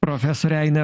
profesorė ainė